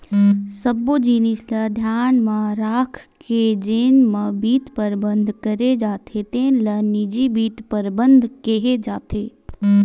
सब्बो जिनिस ल धियान म राखके जेन म बित्त परबंध करे जाथे तेन ल निजी बित्त परबंध केहे जाथे